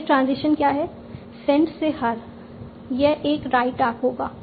तो यह ट्रांजिशन क्या है सेंट से हर यह एक राइट आर्क होगा